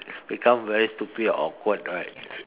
become very stupid and awkward right